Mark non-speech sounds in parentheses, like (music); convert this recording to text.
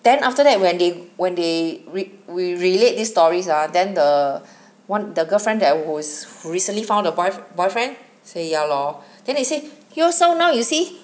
then after that when they when they re~ we relate these stories ah then the (breath) one the girlfriend there who is recently found a boyfr~ boyfriend say ya lor then they say here so now you see